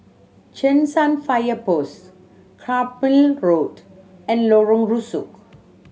Cheng San Fire Post Carpmael Road and Lorong Rusuk